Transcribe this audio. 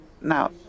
now